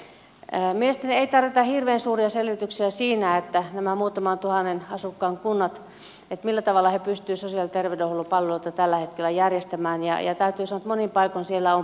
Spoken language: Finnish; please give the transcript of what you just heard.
mielestäni ei tarvita hirveän suuria selvityksiä siinä millä tavalla nämä muutaman tuhannen asukkaan kunnat pystyisivät sosiaali ja terveydenhuollon palveluita tällä hetkellä järjestämään ja täytyy sanoa että monin paikoin siellä on puutteita